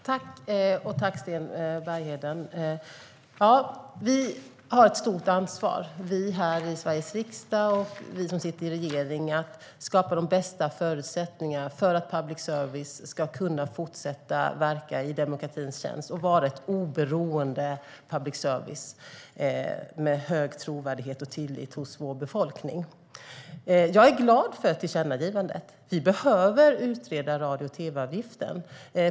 Herr talman! Tack, Sten Bergheden! Vi har ett stort ansvar, vi här i Sveriges riksdag och vi som sitter i regeringen, när det gäller att skapa de bästa förutsättningarna för att public service ska kunna fortsätta verka i demokratins tjänst och vara ett oberoende public service med hög trovärdighet och tillit hos vår befolkning. Jag är glad för tillkännagivandet. Vi behöver utreda radio och tv-avgiften.